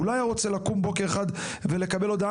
הוא לא היה רוצה לקום בוקר אחד ולקבל הודעה